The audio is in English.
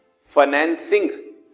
financing